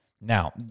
Now